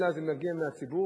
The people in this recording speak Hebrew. אלא זה מגיע מהציבור,